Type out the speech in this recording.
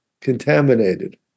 contaminated